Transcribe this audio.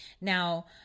Now